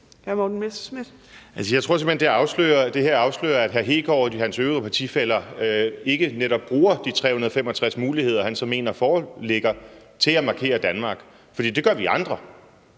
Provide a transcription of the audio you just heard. jeg tror simpelt hen, at det her afslører, at hr. Kristian Hegaard og hans øvrige partifæller netop ikke bruger de 365 muligheder, han så mener foreligger, til at markere Danmark, for det gør vi andre.